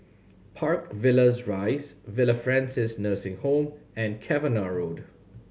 Park Villas Rise Villa Francis Nursing Home and Cavenagh Road